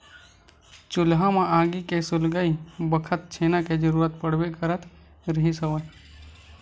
चूल्हा म आगी के सुलगई बखत छेना के जरुरत पड़बे करत रिहिस हवय